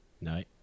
No